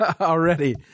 already